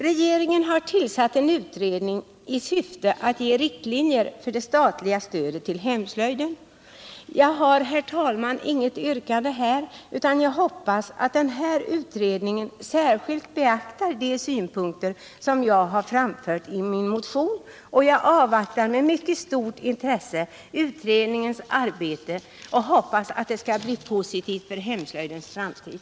Regeringen har tillsatt en utredning i syfte att ange riktlinjer för det statliga stödet till hemslöjden. Herr talman! Jag har inget yrkande utan hoppas att denna utredning särskilt beaktar de synpunkter som jag anfört i min motion. Med mycket stort intresse avvaktar jag utredningens arbete, och jag hoppas att det skall bli positivt för hemslöjdens framtid.